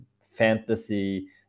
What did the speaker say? fantasy